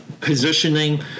positioning